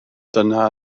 dyna